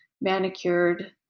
manicured